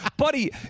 Buddy